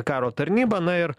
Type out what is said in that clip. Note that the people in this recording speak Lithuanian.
karo tarnybą na ir